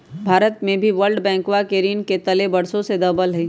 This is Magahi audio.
भारत भी वर्ल्ड बैंकवा के ऋण के तले वर्षों से दबल हई